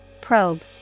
Probe